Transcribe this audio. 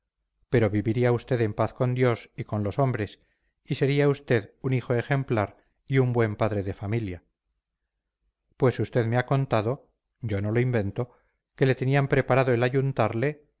pero viviría usted en paz con dios y con los hombres y sería usted un hijo ejemplar y un buen padre de familia pues usted me ha contado yo no lo invento que le tenían preparado el ayuntarle